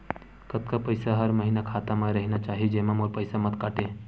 कतका पईसा हर महीना खाता मा रहिना चाही जेमा मोर पईसा मत काटे?